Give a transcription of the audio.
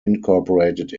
incorporated